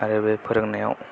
आरो बे फोरोंनायाव